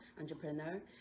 entrepreneur